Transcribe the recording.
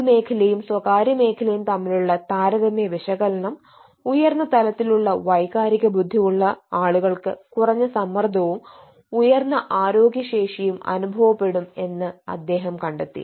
പൊതുമേഖലയും സ്വകാര്യമേഖലയും തമ്മിലുള്ള താരതമ്യ വിശകലനം ഉയർന്ന തലത്തിലുള്ള വൈകാരിക ബുദ്ധി ഉള്ള ആളുകൾക്ക് കുറഞ്ഞ സമ്മർദ്ദവും ഉയർന്ന ആരോഗ്യശേഷിയുo അനുഭവപ്പെടും എന്ന് അദ്ദേഹം കണ്ടെത്തി